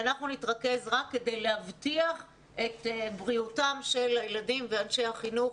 אנחנו נתרכז רק כדי להבטיח את בריאותם של הילדים ואנשי החינוך.